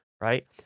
right